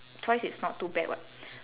twice is not too bad what